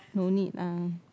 no need ah